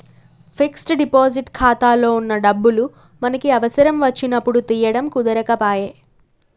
fixed deposit ఖాతాలో వున్న డబ్బులు మనకి అవసరం వచ్చినప్పుడు తీయడం కుదరకపాయె